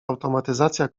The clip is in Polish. automatyzacja